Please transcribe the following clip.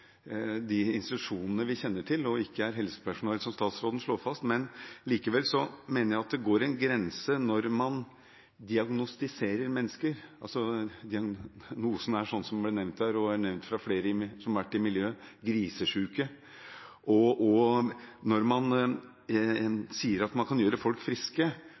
de institusjonene vi kjenner til, og ikke er helsepersonell, som statsråden slår fast. Likevel mener jeg at det går en grense når man diagnostiserer mennesker f. eks. som «grisesjuke» – som det ble nevnt her, og som er nevnt fra flere som har vært i miljøet – og også når man sier at man kan gjøre folk friske